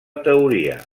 teoria